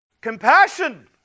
Compassion